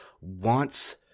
wants